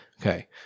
Okay